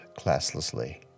classlessly